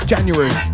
January